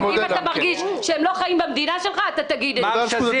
אם אתה מרגיש שהם לא חיים במדינה שלך, תגיד את זה.